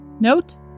note